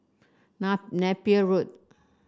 Na Napier Road